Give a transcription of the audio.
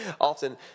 often